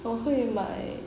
我会买